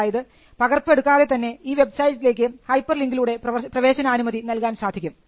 അതായത് പകർപ്പ് എടുക്കാതെ തന്നെ ഈ വെബ്സൈറ്റിലേക്ക് ഹൈപ്പർ ലിങ്കിലൂടെ പ്രവേശനാനുമതി നൽകാൻ സാധിക്കും